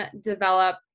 develop